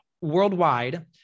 worldwide